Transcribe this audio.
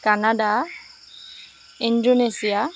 Canada Indonesia